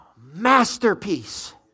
masterpiece